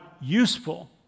useful